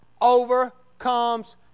overcomes